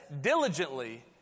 diligently